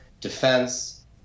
Defense